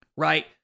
Right